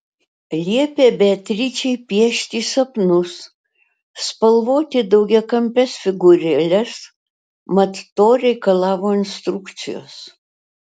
liepė beatričei piešti sapnus spalvoti daugiakampes figūrėles mat to reikalavo instrukcijos